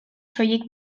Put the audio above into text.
soilik